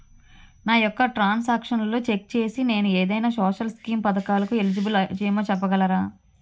నా యెక్క ట్రాన్స్ ఆక్షన్లను చెక్ చేసి నేను ఏదైనా సోషల్ స్కీం పథకాలు కు ఎలిజిబుల్ ఏమో చెప్పగలరా?